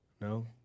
no